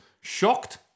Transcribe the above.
shocked